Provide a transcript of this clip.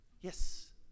Yes